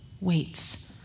waits